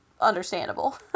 understandable